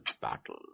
battle